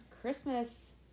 Christmas